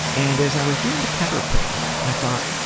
and as i was doing the caterpillar i thought,